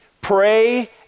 pray